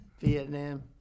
Vietnam